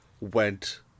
went